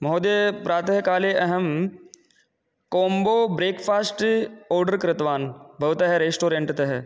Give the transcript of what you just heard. महोदय प्रातःकाले अहं कोम्बो ब्रेक्फ़ास्ट् आर्डर् कृतवान् भवतः रेष्टोरेण्ट्तः